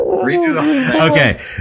okay